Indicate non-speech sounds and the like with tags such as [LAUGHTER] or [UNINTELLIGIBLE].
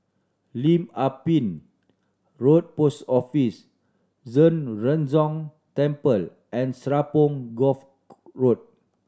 Lim Ah Pin Road Post Office Zhen Ren Gong Temple and Serapong Course [UNINTELLIGIBLE] Road